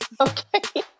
Okay